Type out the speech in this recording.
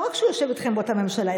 לא רק שהוא יושב איתכם באותה ממשלה,